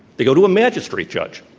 they go to a magistrate judge,